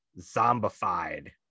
Zombified